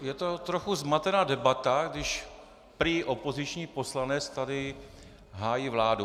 Je to trochu zmatená debata, když prý opoziční poslanec tady hájí vládu.